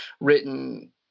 written